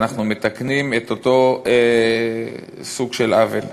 אנחנו מתקנים את אותו סוג של עוול.